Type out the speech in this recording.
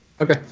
Okay